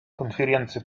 конференции